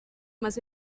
más